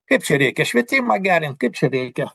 kaip čia reikia švietimą gerint kaip čia reikia